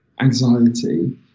anxiety